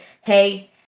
hey